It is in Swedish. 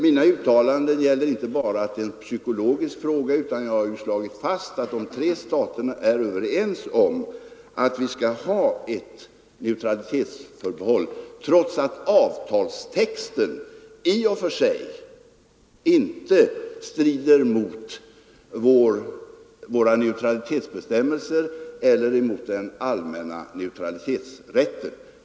Mina uttalanden innebär inte bara att det är en psykologisk fråga, utan jag har ju slagit fast att de tre staterna är överens om att vi skall ha ett neutralitetsförbehåll, trots att avtalstexten i och för sig inte strider mot våra neutralitetsbestämmelser eller mot den allmänna neutralitetsrätten.